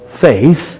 faith